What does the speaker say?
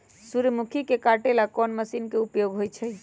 सूर्यमुखी के काटे ला कोंन मशीन के उपयोग होई छइ?